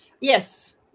Yes